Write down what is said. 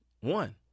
One